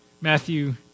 Matthew